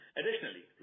Additionally